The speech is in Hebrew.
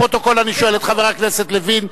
לפרוטוקול אני שואל את חבר הכנסת לוין,